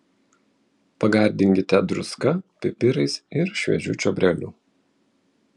pagardinkite druska pipirais ir šviežiu čiobreliu